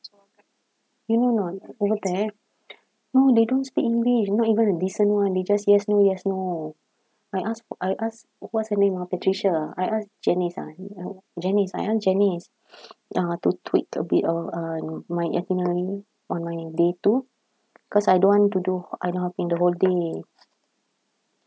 you know or not we were there no they don't speak english not even a decent [one] they just yes no yes no I ask I ask what's your name ah patricia I ask janice ah janice I ask janice uh to tweak a bit uh on my itinerary on my day two because I don't want to do island hopping the whole day